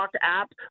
app